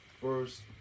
first